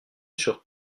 sur